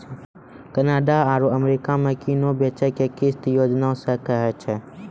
Canada आरु America मे किनै बेचै के किस्त योजना सेहो कहै छै